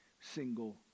single